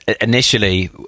initially